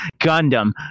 Gundam